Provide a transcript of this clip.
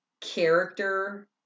character